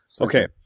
Okay